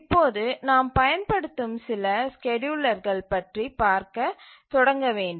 இப்போது நாம் பயன்படுத்தும் சில ஸ்கேட்யூலர்கள் பற்றி பார்க்க தொடங்க வேண்டும்